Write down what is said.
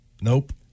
Nope